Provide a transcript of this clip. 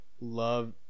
Love